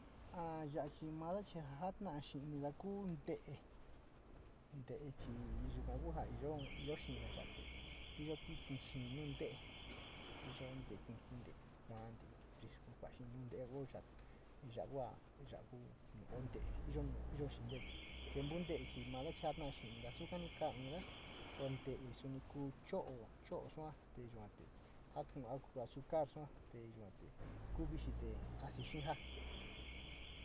A ya chi mada chi jo jata’a inida ku nte´e, nte´e chi yukani kua ja iyo xee ya te iyo ti´ini nu nte´e, iyo te´e kuiji te´e kua, te´e prisku, kua´a xaa nu nte´e iyo ya te ya kua ka noo tele iyo nu iyo kee tee, tiempo te´e chi inado chi jotaminda sukani kaa inida ko nte´e ku cho´o to sua yua te jo kua azúcar te sua te kuu vixi te asi xee jaa.